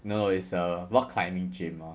no it's a rock climbing gym lor